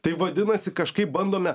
tai vadinasi kažkaip bandome